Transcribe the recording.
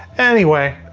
anyway,